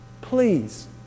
please